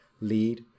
lead